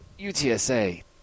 UTSA